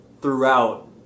throughout